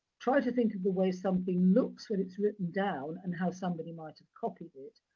try to think of the way something looks when it's written down and how somebody might've copied it.